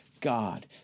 God